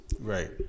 Right